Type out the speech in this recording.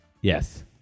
yes